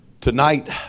Tonight